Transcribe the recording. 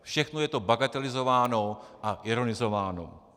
Všechno je to bagatelizováno a ironizováno.